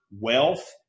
wealth